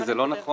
אבל זה לא נכון.